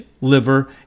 liver